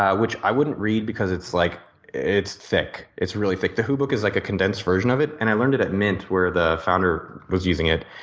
which i wouldn't read because it's like it's thick. it's really thick. the who book is like a condensed version of it and i learned it at mint, where the founder was using it.